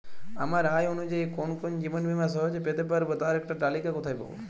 আমার আয় অনুযায়ী কোন কোন জীবন বীমা সহজে পেতে পারব তার একটি তালিকা কোথায় পাবো?